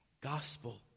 Gospel